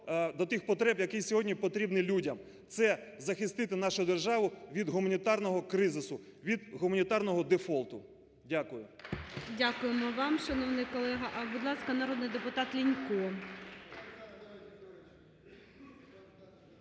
до тих потреб, які сьогодні потрібні людям. Це захистити нашу державу від гуманітарного кризису, від гуманітарного дефолту. Дякую. ГОЛОВУЮЧИЙ. Дякуємо вам, шановний колего. Будь ласка, народний депутат Лінько.